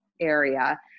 area